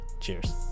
Cheers